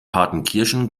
partenkirchen